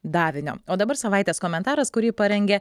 davinio o dabar savaitės komentaras kurį parengė